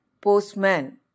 Postman